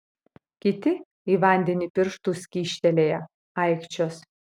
kiti į vandenį pirštus kyštelėję aikčios